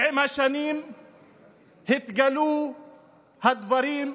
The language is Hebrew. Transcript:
ועם השנים התגלו הדברים,